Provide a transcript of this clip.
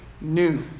new